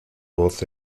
voz